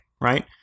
right